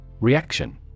Reaction